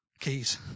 keys